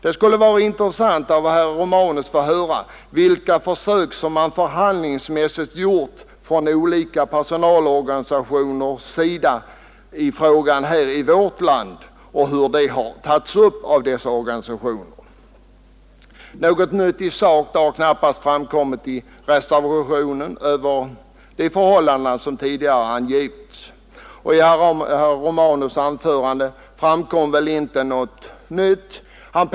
Det skulle vara intressant att av herr Romanus få höra vilka försök som förhandlingsmässigt gjorts på området från olika personalorganisationer här i vårt land och hur detta i så fall har tagits upp av dessa organisationer. Något nytt i sak har knappast framkommit i reservationen utöver de förhållanden som tidigare har angivits, och i herr Romanus” anförande framkom väl inte heller något nytt.